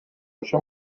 això